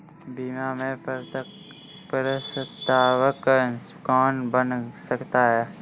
बीमा में प्रस्तावक कौन बन सकता है?